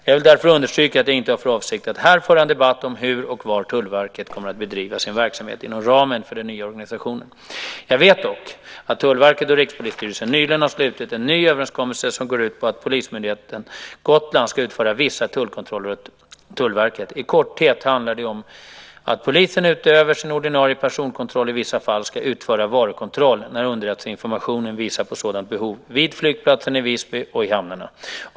Jag vill därför understryka att jag inte har för avsikt att här föra en debatt om hur och var Tullverket kommer att bedriva sin verksamhet inom ramen för den nya organisationen. Jag vet dock att Tullverket och Rikspolisstyrelsen nyligen har slutit en ny överenskommelse som går ut på att Polismyndigheten Gotland ska utföra vissa tullkontroller åt Tullverket. I korthet handlar det om att polisen utöver sin ordinarie personkontroll i vissa fall ska utföra varukontroll - när underrättelseinformation visar på sådant behov - vid flygplatsen i Visby och i hamnarna.